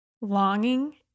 longing